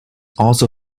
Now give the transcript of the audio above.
also